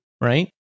right